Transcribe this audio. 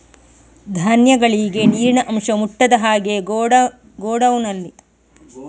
ಧಾನ್ಯಗಳಿಗೆ ನೀರಿನ ಅಂಶ ಮುಟ್ಟದ ಹಾಗೆ ಗೋಡೌನ್ ನಲ್ಲಿ ಯಾವ ತರ ರಕ್ಷಣೆ ಮಾಡ್ತಾರೆ?